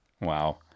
Wow